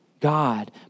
God